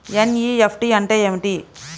NEFT అంటే ఏమిటి?